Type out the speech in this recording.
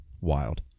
wild